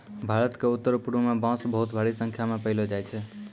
भारत क उत्तरपूर्व म बांस बहुत भारी संख्या म पयलो जाय छै